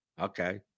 Okay